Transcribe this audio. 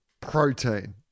Protein